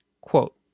Quote